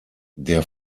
der